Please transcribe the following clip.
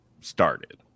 started